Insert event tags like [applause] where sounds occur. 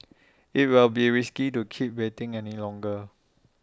[noise] IT will be risky to keep waiting any longer